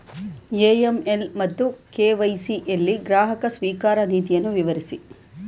AML ಮತ್ತು KYC ಯಲ್ಲಿ ಗ್ರಾಹಕ ಸ್ವೀಕಾರ ನೀತಿಯನ್ನು ವಿವರಿಸಿ?